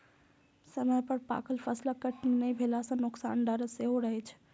समय पर पाकल फसलक कटनी नहि भेला सं नोकसानक डर सेहो रहै छै